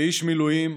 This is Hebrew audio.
כאיש מילואים,